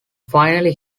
finally